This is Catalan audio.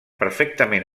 perfectament